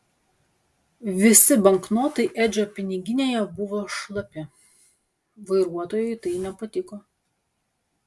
visi banknotai edžio piniginėje buvo šlapi vairuotojui tai nepatiko